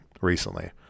recently